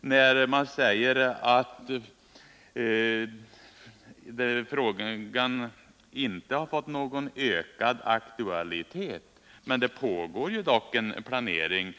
när han säger att frågan om den här 800 kV-ledningen inte har fått någon ökad aktualitet. Det pågår dock en planering.